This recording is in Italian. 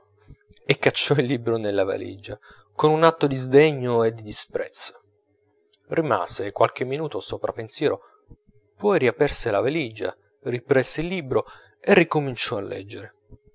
e cacciò il libro nella valigia con un atto di sdegno e di disprezzo rimase qualche minuto sopra pensiero poi riaperse la valigia riprese il libro e ricominciò a leggere